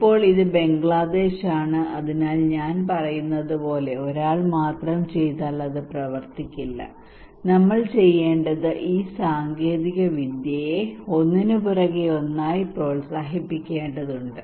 ഇപ്പോൾ ഇത് ബംഗ്ലാദേശാണ് അതിനാൽ ഞാൻ പറയുന്നത് പോലെ ഒരാൾ മാത്രം ചെയ്താൽ അത് പ്രവർത്തിക്കില്ല നമ്മൾ ചെയ്യേണ്ടത് ഈ സാങ്കേതികവിദ്യയെ ഒന്നിനുപുറകെ ഒന്നായി പ്രോത്സാഹിപ്പിക്കേണ്ടതുണ്ട്